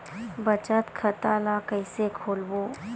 बचत खता ल कइसे खोलबों?